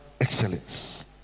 excellence